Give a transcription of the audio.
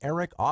Eric